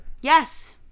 Yes